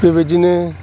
बेबादिनो